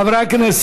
חברי הכנסת,